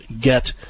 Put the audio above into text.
get